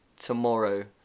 tomorrow